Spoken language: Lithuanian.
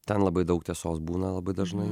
ten labai daug tiesos būna labai dažnai